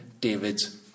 David's